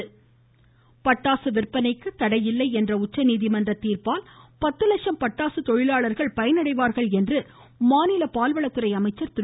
ராஜேந்திர பாலாஜி பட்டாசு விற்பனைக்கு தடையில்லை என்ற உச்சநீதிமன்ற தீர்ப்பால் பத்து லட்சம் பட்டாசு தொழிலாளர்கள் பயனடைவார்கள் என்று மாநில பால்வளத்துறை அமைச்சர் திரு